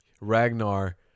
Ragnar